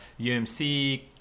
UMC